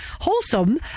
wholesome